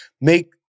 make